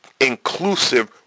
inclusive